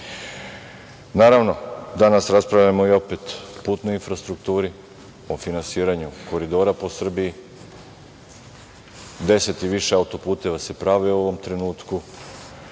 unazad. Naravno, danas raspravljamo opet o putnoj infrastrukturi, o finansiranju koridora po Srbiji. Deset i više auto-puteva se pravi u ovom trenutku